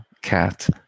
cat